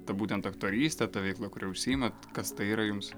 ta būtent aktorystė ta veikla kuria užsiimat kas tai yra jums